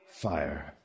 fire